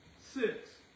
six